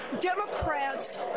Democrats